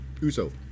Uso